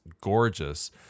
gorgeous